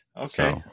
Okay